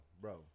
bro